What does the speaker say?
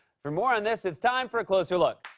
for more on this, it's time for a closer look.